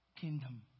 kingdom